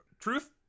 truth